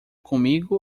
comigo